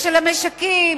ושל המשקים,